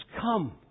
come